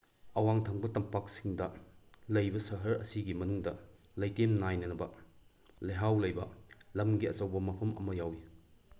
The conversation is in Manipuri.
ꯑꯋꯥꯡ ꯊꯪꯕ ꯇꯝꯄꯥꯛꯁꯤꯡꯗ ꯂꯩꯕ ꯁꯍꯔ ꯑꯁꯤꯒꯤ ꯃꯅꯨꯡꯗ ꯂꯩꯇꯦꯝ ꯅꯥꯏꯅꯕ ꯂꯩꯍꯥꯎ ꯂꯩꯕ ꯂꯝꯒꯤ ꯑꯆꯧꯕ ꯃꯐꯝ ꯑꯃ ꯌꯥꯎꯋꯤ